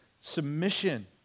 submission